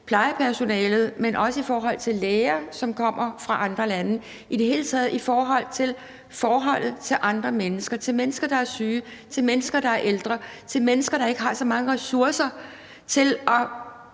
plejepersonalet, men også i forhold til læger, som kommer fra andre lande, og i det hele taget i forhold til forholdet til andre mennesker – til mennesker, der er syge, til mennesker, der er ældre, til mennesker, der ikke har så mange ressourcer til